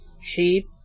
sheep